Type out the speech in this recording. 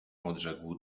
odrzekł